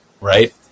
right